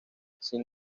sin